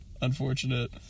unfortunate